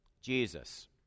Jesus